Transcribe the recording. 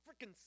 freaking